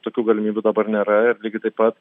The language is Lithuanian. tokių galimybių dabar nėra ir lygiai taip pat